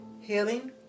Healing